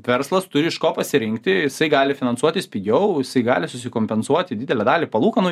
verslas turi iš ko pasirinkti jisai gali finansuotis pigiau jisai gali susikompensuoti didelę dalį palūkanų